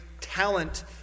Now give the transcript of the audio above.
talent